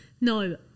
no